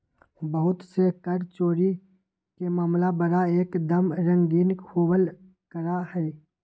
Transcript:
बहुत से कर चोरी के मामला बड़ा एक दम संगीन होवल करा हई